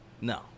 no